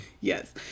Yes